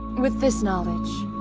with this knowledge,